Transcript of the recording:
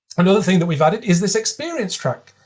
another thing that we've added is this experience track.